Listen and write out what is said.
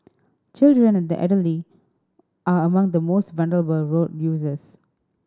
children and the elderly are among the most vulnerable road users